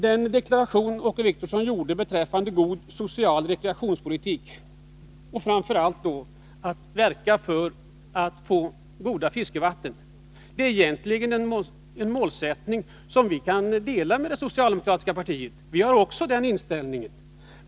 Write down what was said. Den deklaration Åke Wictorsson gjorde beträffande god social rekreationspolitik, och framför allt vad han sade om att verka för att få goda fiskevatten, är egentligen en målsättning som vi kan dela med det socialdemokratiska partiet. Vi har också den inställningen.